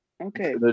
Okay